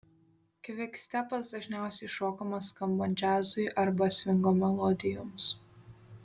kvikstepas dažniausiai šokamas skambant džiazui arba svingo melodijoms